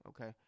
Okay